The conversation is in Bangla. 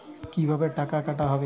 কিভাবে টাকা কাটা হবে?